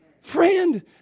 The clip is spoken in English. Friend